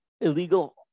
illegal